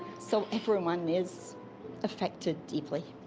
so everyone is affected deeply.